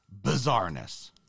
bizarreness